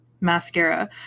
mascara